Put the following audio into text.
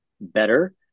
better